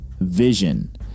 vision